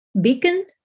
beacon